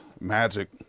Magic